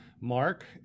Mark